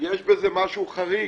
יש בנוהל הזה משהו חריג.